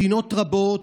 מדינות רבות,